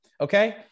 okay